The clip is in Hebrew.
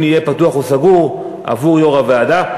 יהיה פתוח או סגור עבור יו"ר הוועדה.